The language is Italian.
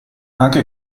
anche